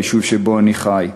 היישוב שבו אני חי.